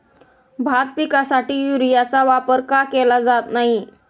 भात पिकासाठी युरियाचा वापर का केला जात नाही?